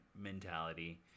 mentality